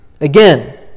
again